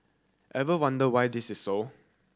ever wonder why this is so